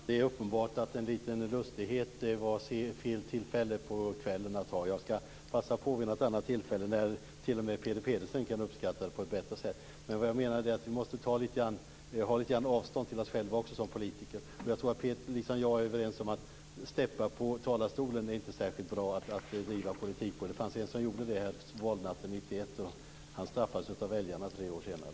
Fru talman! Det är uppenbart att det var fel tillfälle att ta upp en liten lustighet så här på kvällen. Jag skall passa på vid något annat tillfälle när t.o.m. Peter Pedersen kan uppskatta det på ett bättre sätt. Vad jag menade är att vi måste ha lite avstånd till oss själva som politiker. Jag tror att Peter är överens med mig om att steppa på talarstolen inte är ett särskilt bra sätt att driva politik. Det var en som gjorde det under valnatten 1991, och han straffades av väljarna tre år senare.